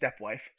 stepwife